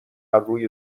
روی